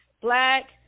black